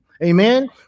Amen